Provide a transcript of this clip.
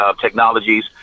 technologies